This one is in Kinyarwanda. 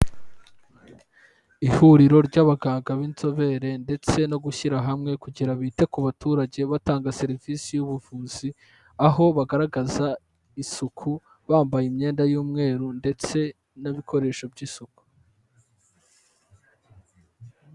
Ihuriro ry'abaganga b'inzobere ndetse no gushyira hamwe kugira bite ku baturage batanga serivisi y'ubuvuzi, aho bagaragaza isuku ,bambaye imyenda y'umweru ndetse n'ibikoresho by'isuku.